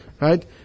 right